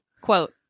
quote